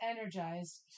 energized